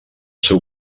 seu